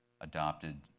adopted